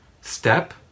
step